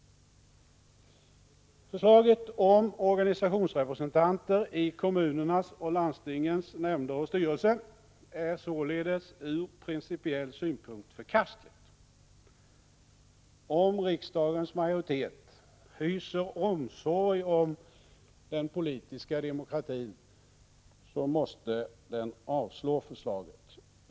Förslaget om organisationsrepresentanter i kommunernas och landstingens nämnder och styrelser är således ur principiell synpunkt förkastligt. Om riksdagens majoritet hyser omsorg om den politiska demokratin måste den avslå förslaget.